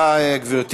זאת ועוד,